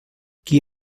qui